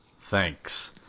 thanks